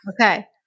Okay